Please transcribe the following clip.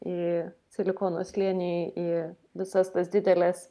į silikono slėnį į visas tas dideles